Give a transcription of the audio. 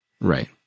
Right